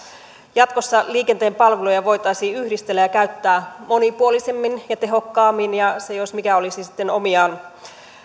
jatkossa liikenteen palveluja voitaisiin yhdistellä ja käyttää monipuolisemmin ja tehokkaammin ja se jos mikä olisi sitten omiaan